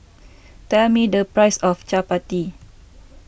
tell me the price of Chapati